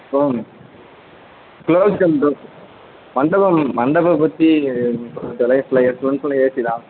அப்புறோம் close and dose மண்டபம் மண்டப பற்றி ஃபுல்லா ஏசி தான்